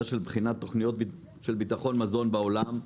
של בחינת תוכניות של ביטחון מזון בעולם,